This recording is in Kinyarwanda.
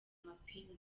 amapingu